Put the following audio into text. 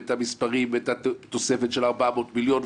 את המספרים ואת התוספת של 400 מיליון.